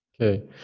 Okay